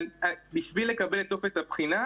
בשביל לקבל את טופס הבחינה,